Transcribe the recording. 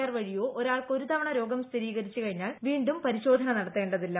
R വഴിയോ ഒരാൾക്ക് ഒരു തവണ രോഗം സ്ഥിരീകരിച്ചു കഴിഞ്ഞാൽ വീണ്ടും പരിശോധന നടത്തേണ്ടതില്ല